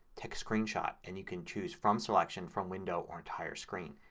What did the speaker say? take screenshot, and you can choose from selection, from window, or entire screen.